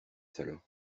salon